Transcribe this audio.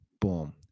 Boom